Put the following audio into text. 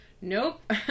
Nope